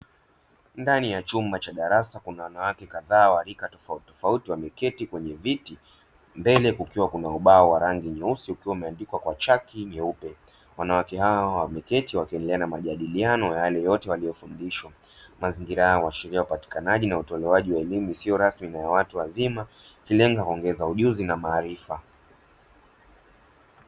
Ndani ya chumba cha darasa, kuna wanawake kadhaa wa rika tofautitofauti wameketi kwenye viti, mbele kukiwa kuna ubao wa rangi nyeusi ukiwa umeandikwa kwa chaki nyeupe, wanawake hao wameketi wakiendelea na majadiliano wa yale yote wanayofundishwa, mazingira hayo huashiria upatikanaji na utolewaji wa elimu isiyo rasmi na ya watu wazima ikilenga kuongeza ujuzi na maarifa.